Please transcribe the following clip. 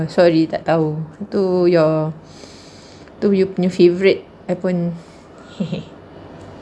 oo sorry tak tahu itu your itu you punya favourite I pun